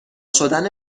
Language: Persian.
شدن